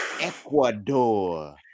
Ecuador